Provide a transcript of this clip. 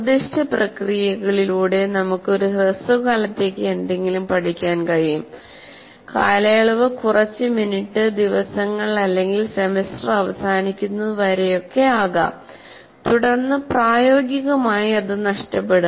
നിർദ്ദിഷ്ട പ്രക്രിയകളിലൂടെ നമുക്ക് ഒരു ഹ്രസ്വകാലത്തേക്ക് എന്തെങ്കിലും പഠിക്കാൻ കഴിയും കാലയളവ് കുറച്ച് മിനിറ്റ് ദിവസങ്ങൾ അല്ലെങ്കിൽ സെമസ്റ്റർ അവസാനിക്കുന്നത് വരെ ആകാം തുടർന്ന് പ്രായോഗികമായി അത് നഷ്ടപ്പെടും